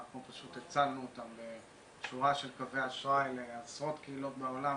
אנחנו פשוט הצלנו אותן בשורה של קווי אשראי לעשרות קהילות בעולם,